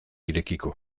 irekiko